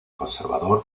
conservador